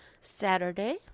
Saturday